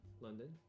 london